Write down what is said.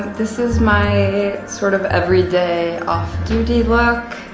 this is my sort of everyday, off duty look.